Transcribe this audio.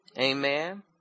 Amen